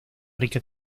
rica